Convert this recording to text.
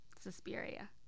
Suspiria